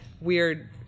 weird